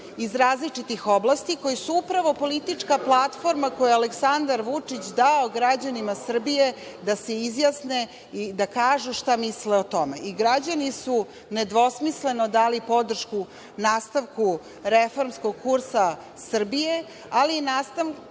iz različitih oblasti, koji su upravo politička platforma koju je Aleksandar Vučić dao građanima Srbije da se izjasne i da kažu šta misle o tome. Građani su nedvosmisleno dali podršku nastavku reformskog kursa Srbije, ali i nastavku